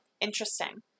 Interesting